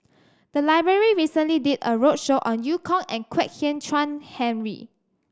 the library recently did a roadshow on Eu Kong and Kwek Hian Chuan Henry